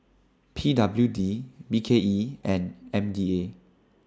P W D B K E and M D A